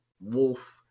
Wolf